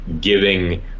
giving